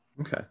Okay